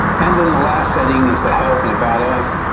and then the last setting is the help and about us.